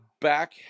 back